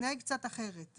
מתנהג קצת אחרת.